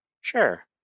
Sure